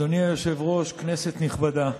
אדוני היושב-ראש, כנסת נכבדה,